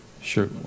Sure